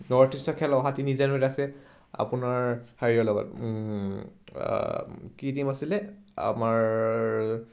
north ইষ্টৰ খেল অহা তিনি জানুৱাৰীত আছে আপোনাৰ হেৰিয়ৰ লগত কি টীম আছিলে আমাৰ